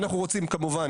אנחנו רוצים כמובן,